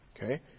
Okay